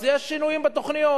אז יש שינויים בתוכניות.